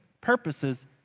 purposes